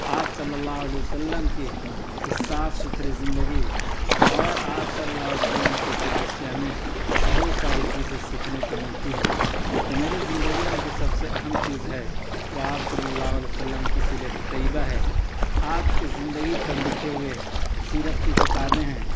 آپ صلی اللّہ علیہ و سلّم کی اس صاف ستھری زندگی اور آپ صلی اللّہ علیہ و سلّم کی اس لائف سے ہمیں بہت ساری چیزیں سیکھنے کو ملتی ہے تو میری زندگی میں جو سب سے اہم چیز ہے وہ آپ صلی اللّہ علیہ و سلّم کی سیرتِ طیّبہ ہے آپ کی زندگی پر لکھے ہوئے سیرت کی کتابیں ہیں